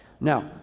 Now